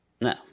No